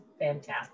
fantastic